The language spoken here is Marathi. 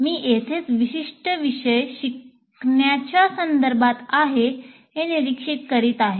मी येथेच विशिष्ट विषय शिकण्याच्या संदर्भात आहे याचे निरीक्षण करीत आहे